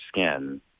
skin